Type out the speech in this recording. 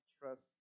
trust